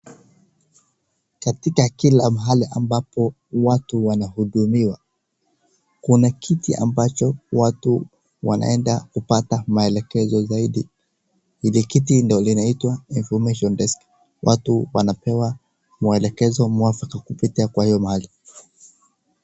Katika kila mahali ambapo watu wanahudumiwa, kuna kiti ambacho watu wanaenda kupata maelekezo zaidi. Kwenye kiti ndio linaitwa information desk . Watu wanapewa mwelekezo mwafaka kupitia kwa hio mahali.